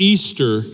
Easter